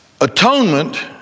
Atonement